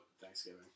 Thanksgiving